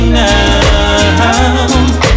now